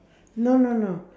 no no no